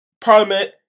Parliament